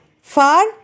far